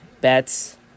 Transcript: bets